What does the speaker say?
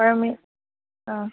പുഴ മീൻ ആ